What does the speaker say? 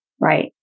right